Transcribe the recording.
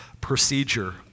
procedure